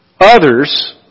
others